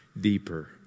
deeper